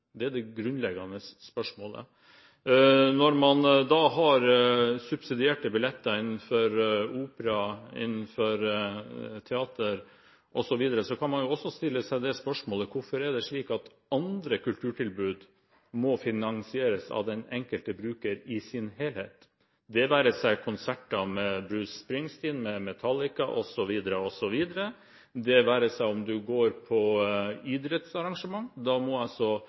Det er det grunnleggende spørsmålet. Når man har subsidierte billetter innenfor opera, innenfor teater osv., kan man også stille seg det spørsmålet: Hvorfor er det slik at andre kulturtilbud må finansieres av den enkelte bruker i sin helhet – det være seg konserter med Bruce Springsteen, med Metallica, osv., osv., det være seg om du går på idrettsarrangement? Da må altså